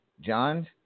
John